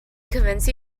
convince